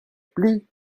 plus